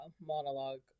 monologue